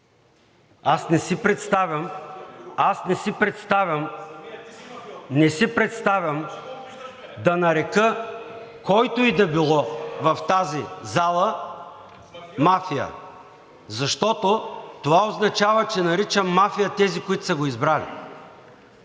Промяната“) да нарека който и да било в тази зала мафия, защото това означава, че наричам мафия тези, които са го избрали.